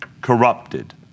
corrupted